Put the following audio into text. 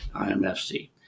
imfc